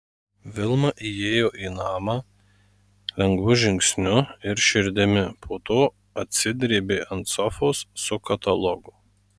vilma įėjo į namą lengvu žingsniu ir širdimi po to atsidrėbė ant sofos su katalogu